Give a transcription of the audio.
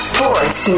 Sports